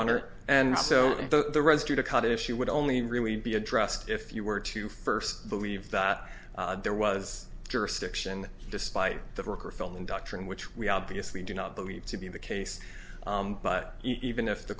honor and so the residue to cut if you would only really be addressed if you were to first believe that there was jurisdiction despite the record film doctrine which we obviously do not believe to be the case but even if the